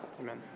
Amen